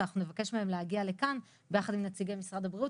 שאנחנו נבקש מהם להגיע לכאן יחד עם נציגי משרד הבריאות,